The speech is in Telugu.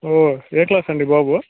ఏ క్లాస్ అండీ బాబు